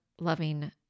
loving